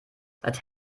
seit